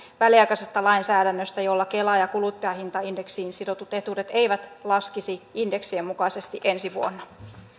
väliaikaisesta lainsäädännöstä jolla kela ja kuluttajahintaindeksiin sidotut etuudet eivät laskisi indeksien mukaisesti ensi vuonna